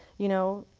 you know,